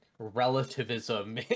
Relativism